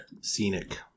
scenic